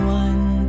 one